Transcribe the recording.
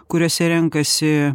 kuriose renkasi